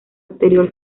exterior